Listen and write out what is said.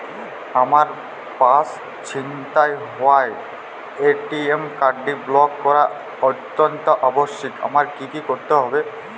আমার পার্স ছিনতাই হওয়ায় এ.টি.এম কার্ডটি ব্লক করা অত্যন্ত আবশ্যিক আমায় কী কী করতে হবে?